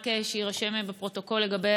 רק שיירשם בפרוטוקול לגבי